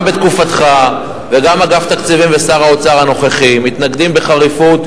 גם בתקופתך וגם אגף תקציבים ושר האוצר הנוכחי מתנגדים בחריפות,